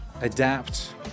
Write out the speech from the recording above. adapt